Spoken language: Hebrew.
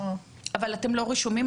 אבל אתם לא רשומים,